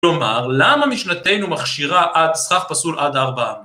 כלומר, למה משנתנו מכשירה עד סף פסול עד הארבעה